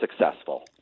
successful